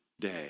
day